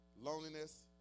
loneliness